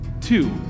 Two